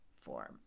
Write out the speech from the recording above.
form